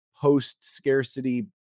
post-scarcity